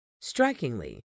Strikingly